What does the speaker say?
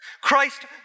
Christ